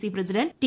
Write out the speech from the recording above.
C president T